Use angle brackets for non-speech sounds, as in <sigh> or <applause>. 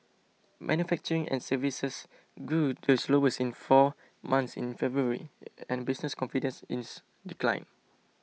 manufacturing and services grew the slowest in four months in February <noise> and business confidence ins declined